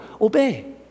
obey